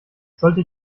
sollte